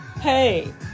Hey